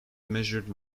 measured